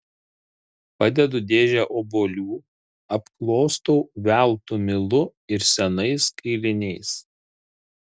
padedu dėžę obuolių apklostau veltu milu ir senais kailiniais